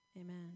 amen